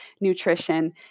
nutrition